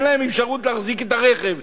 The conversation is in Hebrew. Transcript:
אין להם אפשרות להחזיק רכב.